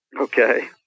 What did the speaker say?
Okay